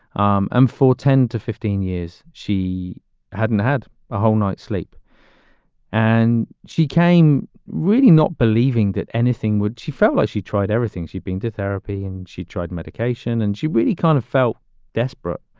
um and for ten to fifteen years, she hadn't had a whole night's sleep and she came really not believing that anything would. she felt like she tried everything. she'd been to therapy and she tried medication. and she really kind of felt desperate.